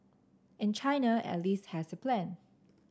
and China at least has a plan